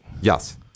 Yes